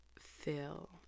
fill